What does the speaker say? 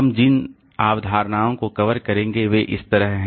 हम जिन अवधारणाओं को कवर करेंगे वे इस तरह हैं